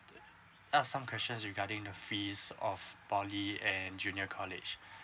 ask some questions regarding the fees of poly and junior college